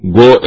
go